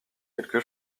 quelque